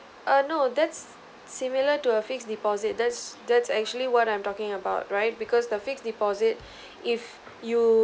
uh no that's similar to a fixed deposit that's that's actually what I'm talking about right because the fixed deposit if you